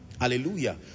Hallelujah